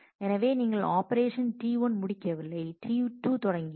எனவே நீங்கள் operation T1 முடிக்கவில்லை T2 தொடங்கியது